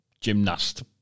gymnast